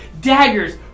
daggers